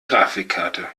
grafikkarte